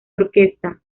orquesta